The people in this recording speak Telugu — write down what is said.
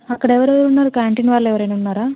అక్కడ ఎవరు ఎవరు ఉన్నారు క్యాంటీన్ వాళ్ళు ఎవరైనా ఉన్నారా